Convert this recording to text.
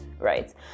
Right